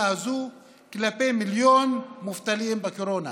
הזאת כלפי מיליון המובטלים בקורונה,